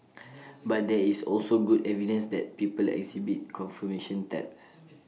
but there is also good evidence that people exhibit confirmation bias